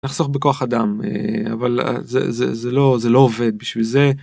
נחסוך בכוח אדם אבל זה לא זה לא עובד בשביל זה.